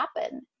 happen